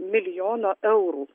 milijono eurų